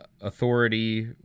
authority